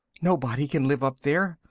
nobody can live up there.